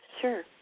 Sure